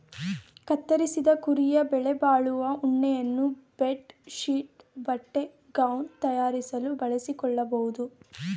ಕತ್ತರಿಸಿದ ಕುರಿಯ ಬೆಲೆಬಾಳುವ ಉಣ್ಣೆಯನ್ನು ಬೆಡ್ ಶೀಟ್ ಬಟ್ಟೆ ಗೌನ್ ತಯಾರಿಸಲು ಬಳಸಿಕೊಳ್ಳಬೋದು